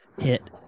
hit